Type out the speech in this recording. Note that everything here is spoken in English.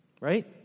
Right